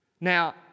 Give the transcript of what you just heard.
Now